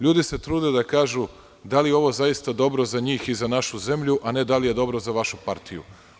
Ljudi se trude da kažu da li je ovo zaista dobro za njih i za našu zemlju, ali ne da li je dobro za vašu partiju.